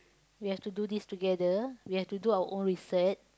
we have to do this together we have to do our own research